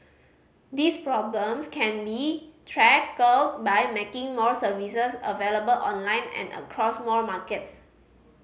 these problems can be tackled by making more services available online and across more markets